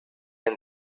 and